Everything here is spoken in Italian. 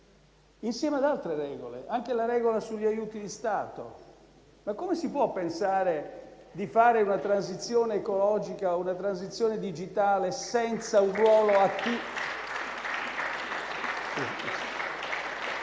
insieme ad altre regole, come anche a quella sugli aiuti di Stato. Come si può pensare di fare una transizione ecologica o una transizione digitale senza un ruolo attivo